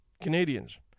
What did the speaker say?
Canadians